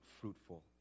fruitful